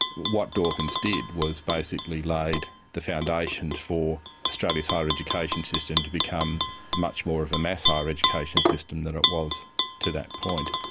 what dawkins did was basically basically laid the foundations for australia's higher education system to become much more of a mass higher education system that it was to that point.